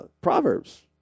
Proverbs